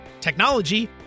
technology